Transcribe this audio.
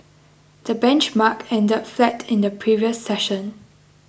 the benchmark ended flat in the previous session